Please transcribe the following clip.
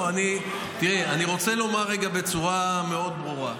אני רוצה לומר רגע בצורה מאוד ברורה,